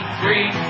three